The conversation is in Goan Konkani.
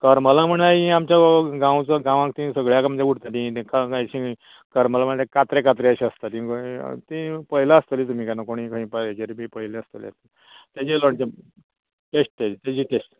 करमलां म्हणळ्यार हीं आमचो गांवचो गांवांक ती सगळ्यांक आमच्या उरतलीं तेंकां आमी अशीं करमलां म्हणळ्यार कात्रे कात्रे अशें आसता तीं तीं पळयला आसतलीं तुमी केन्नाय कोणी केन्ना हेजेर बी पयलां आसतले तेजें लोणचें टेस्टी तेजी टेस्टी